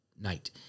night